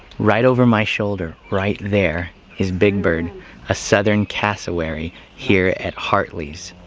right over my shoulder right there is big bird a southern cassowary here at hartley's.